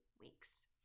weeks